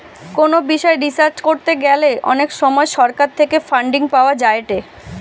কোনো বিষয় রিসার্চ করতে গ্যালে অনেক সময় সরকার থেকে ফান্ডিং পাওয়া যায়েটে